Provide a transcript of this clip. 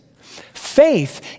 Faith